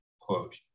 quote